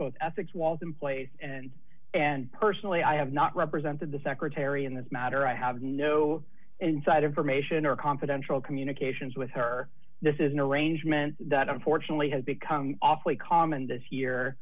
both ethics walls in place and and personally i have not represented the secretary in this matter i have no inside information or confidential communications with her this is an arrangement that unfortunately has become awfully common this year